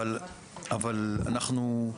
אבל אנחנו,